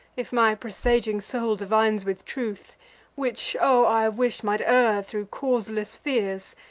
if my presaging soul divines with truth which, o! i wish, might err thro' causeless fears,